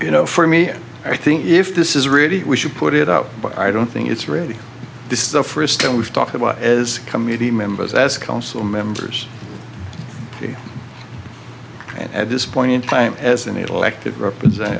you know for me i think if this is really we should put it out but i don't think it's really this is the first time we've talked about as community members as council members at this point in time as an elected represent